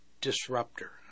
disruptor